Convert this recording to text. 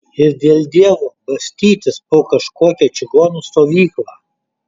ir dėl dievo bastytis po kažkokią čigonų stovyklą